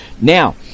Now